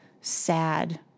sad